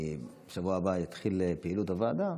שבוע הבא אתחיל פעילות בוועדה,